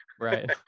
Right